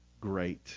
great